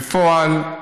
בפועל,